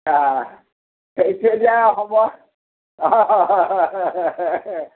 हैं हैं कहै छै जे हमर हैं हैं हैं हैं